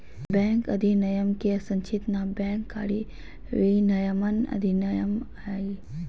bank अधिनयम के संक्षिप्त नाम बैंक कारी विनयमन अधिनयम हइ